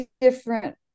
different